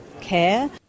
care